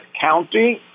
County